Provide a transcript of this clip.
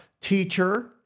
teacher